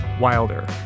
wilder